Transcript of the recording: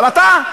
אבל אתה,